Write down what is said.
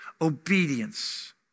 obedience